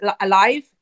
alive